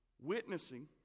Witnessing